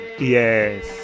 yes